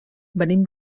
venim